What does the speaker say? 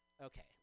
Okay